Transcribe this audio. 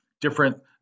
different